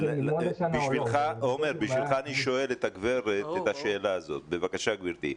בשבילך אני שואל את השאלה הזו בבקשה, גברתי.